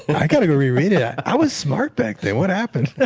i've got to go reread yeah i was smart back then what happened?